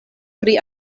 pri